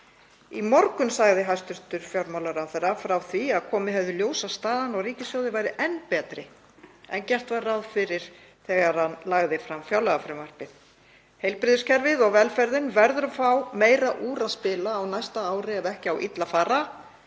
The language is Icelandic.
Í morgun sagði hæstv. fjármálaráðherra frá því að komið hefði í ljós að staðan á ríkissjóði væri enn betri en gert var ráð fyrir þegar hann lagði fram fjárlagafrumvarpið. Heilbrigðiskerfið og velferðin verður að fá meira úr að spila á næsta ári ef ekki á illa að fara.